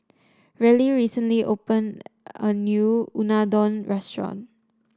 Reilly recently opened a new Unadon Restaurant